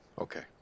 Okay